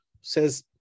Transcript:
says